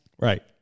right